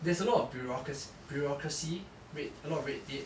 there's a lot of bureaucracy bureaucracy red a lot of red tape